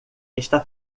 está